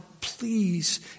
please